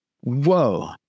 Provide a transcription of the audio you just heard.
Whoa